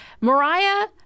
Mariah